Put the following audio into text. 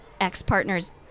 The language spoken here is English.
ex-partner's